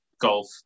golf